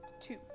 two